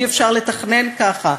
אי-אפשר לתכן ככה.